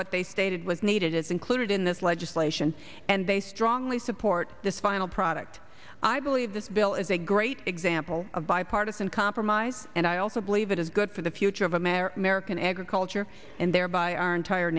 what they stated was needed is included in this legislation and they strongly support this final product i believe this bill is a great example of bipartisan compromise and i also believe it is good for the future of america american agriculture and thereby our entire